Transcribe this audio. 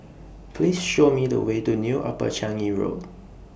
Please Show Me The Way to New Upper Changi Road